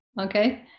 okay